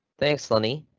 thanks, lenny.